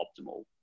optimal